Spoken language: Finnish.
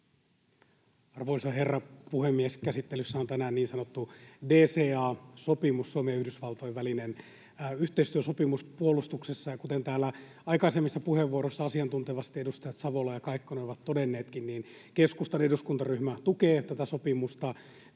Arvoisa herra puhemies! Käsittelyssä on tänään niin sanottu DCA-sopimus, Suomen ja Yhdysvaltojen välinen yhteistyösopimus puolustuksessa, ja kuten täällä aikaisemmissa puheenvuoroissa asiantuntevasti edustajat Savola ja Kaikkonen ovat todenneetkin, niin keskustan eduskuntaryhmä tukee tätä sopimusta.